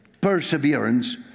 perseverance